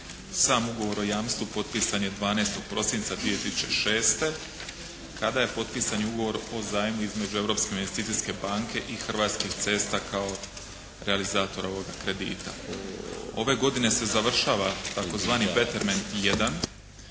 Sam Ugovor o jamstvu potpisan je 12. prosinca 2006. kada je potpisan i Ugovor o zajmu između Europske investicijske banke i Hrvatskih cesta kao realizator ovoga kredita. Ove godine se završava tzv. “beterment 1“.